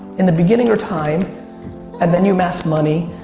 in the beginning your time and then you amass money.